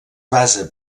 basa